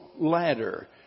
ladder